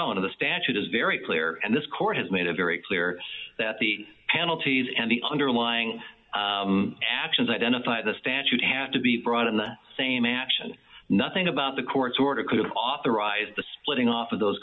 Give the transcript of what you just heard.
of the statute is very clear and this court has made it very clear that the penalties and the underlying actions identified the statute have to be brought in the same action nothing about the court's order could authorize the splitting off of those